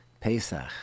Pesach